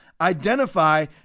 identify